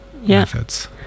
methods